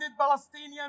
Palestinian